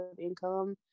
income